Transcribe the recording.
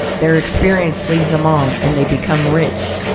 their experience leads them on, and they become rich,